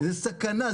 זו סכנה.